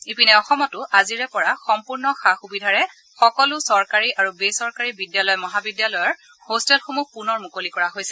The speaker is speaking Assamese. ইপিনে অসমতো আজিৰে পৰা সম্পূৰ্ণ সা সুবিধাৰে সকলো চৰকাৰী আৰু বেচৰকাৰী বিদ্যালয় মহাবিদ্যালয়ৰ হোষ্টেলসমূহ পুনৰ মুকলি কৰা হৈছে